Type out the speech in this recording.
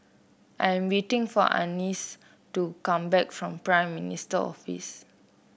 I am waiting for Anice to come back from Prime Minister's Office